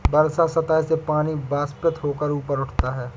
वर्षा सतह से पानी वाष्पित होकर ऊपर उठता है